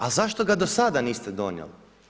Ali zašto ga do sada niste donijeli?